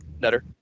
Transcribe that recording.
better